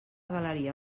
galeria